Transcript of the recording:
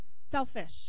selfish